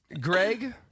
Greg